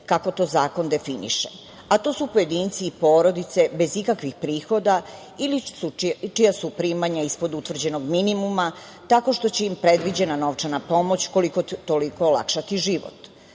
kako to zakon definiše, a to su pojedinci i porodice bez ikakvih prihoda ili čija su primanja ispod utvrđenog minimuma tako što će im predviđena novčana pomoć koliko toliko olakšati život.